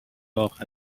اخر